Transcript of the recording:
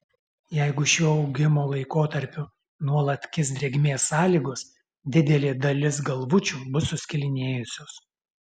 jeigu šiuo augimo laikotarpiu nuolat kis drėgmės sąlygos didelė dalis galvučių bus suskilinėjusios